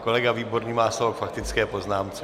Kolega Výborný má slovo k faktické poznámce.